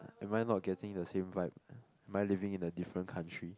am I not getting the same vibe am I living in a different country